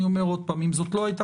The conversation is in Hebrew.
אני אומר עוד פעם: אם זו לא הייתה